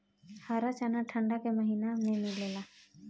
हरा चना ठंडा के महिना में मिलेला